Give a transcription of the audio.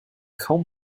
kaum